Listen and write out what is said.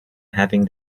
having